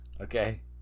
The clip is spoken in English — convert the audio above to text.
Okay